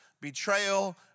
betrayal